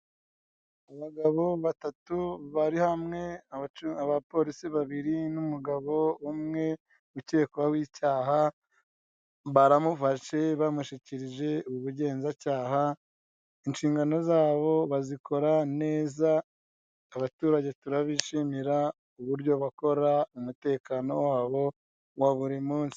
Abagabo batatu bari hamwe abapolisi babiri n'umugabo umwe ukekwaho icyaha baramufashe bamushyikirije ubugenzacyaha. Inshingano zabo bazikora neza, abaturage turabishimira uburyo bakora umutekano wabo wa buri munsi.